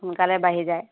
সোনকালে বাঢ়ি যায়